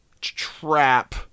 trap